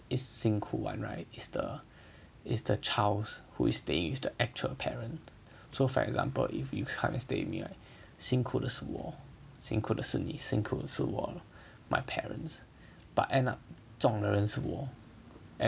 is 辛苦 one right is the is the child who is staying with the actual parent so for example if you come and stay with me right 辛苦的是我辛苦的是你辛苦的是我 my parents but end up 中的人是我